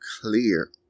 clear